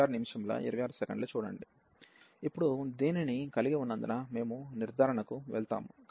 ఇప్పుడు దీనిని కలిగి ఉన్నందున మేము నిర్ధారణకు వెళ్తాము